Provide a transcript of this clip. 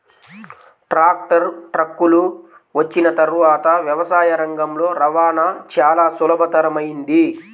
tractor, ట్రక్కులు వచ్చిన తర్వాత వ్యవసాయ రంగంలో రవాణా చాల సులభతరమైంది